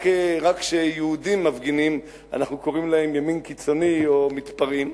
רק כשיהודים מפגינים אנחנו קוראים להם ימין קיצוני או מתפרעים.